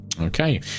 Okay